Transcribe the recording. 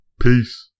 Peace